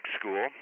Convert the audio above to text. school